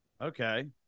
Okay